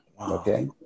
Okay